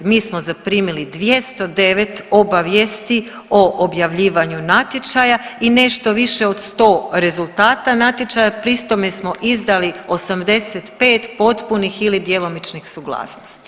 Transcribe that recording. Mi smo zaprimili 209 obavijesti o objavljivanju natječaja i nešto više od 100 rezultata natječaja, pri tome smo izdali 85 potpunih ili djelomičnih suglasnosti.